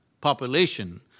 population